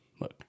look